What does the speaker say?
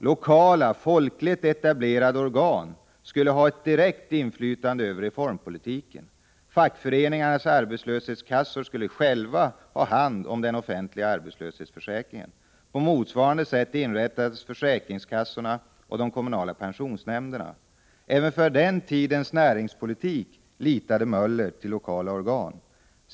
Lokala, folkligt etablerade organ skulle ha ett direkt inflytande över reformpolitiken. Fackföreningarnas arbetslöshetskassor skulle själva ha hand om den offentliga arbetslöshetsförsäkringen. På motsvarande sätt inrättades försäkringskassorna och de kommunala pensionsnämnderna. Även för den tidens näringspolitik litade Möller till lokala organ.